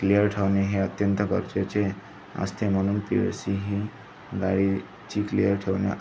clear ठेवणे हे अत्यंत गरजेचे असते म्हनून पी यु सी ही गाडीची क्लिअर ठेवणे